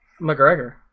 McGregor